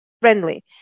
friendly